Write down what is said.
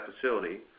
facility